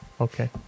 Okay